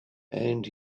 and